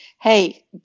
hey